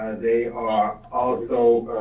they are also